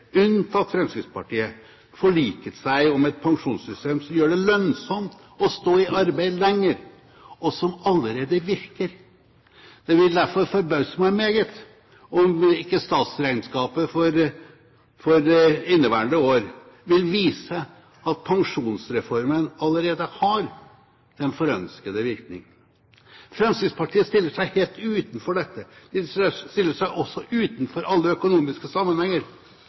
unntatt Fremskrittspartiet, forlikt seg om et pensjonssystem som gjør det lønnsomt å stå i arbeid lenger, og som allerede virker. Det vil derfor forbause meg meget om ikke statsregnskapet for inneværende år vil vise at pensjonsreformen allerede har den forønskede virkning. Fremskrittspartiet stiller seg helt utenfor dette. De stiller seg også utenfor alle økonomiske sammenhenger.